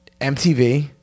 MTV